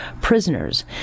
prisoners